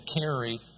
carry